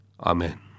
Amen